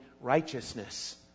righteousness